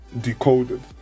decoded